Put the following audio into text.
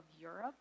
Europe